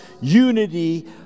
unity